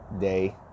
day